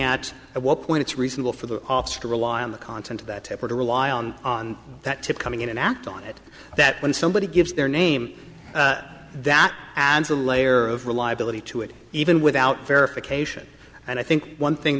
at what point it's reasonable for the officer to rely on the content of that tape or to rely on on that tip coming in and act on it that when somebody gives their name that adds a layer of reliability to it even without verification and i think one thing